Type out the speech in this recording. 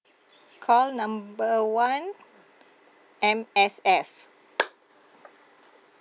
call number one M_S_F